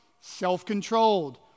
self-controlled